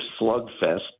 slugfest